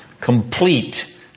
complete